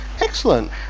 excellent